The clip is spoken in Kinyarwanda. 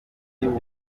ibyo